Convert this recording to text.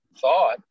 thought